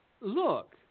Look